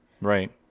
Right